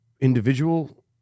individual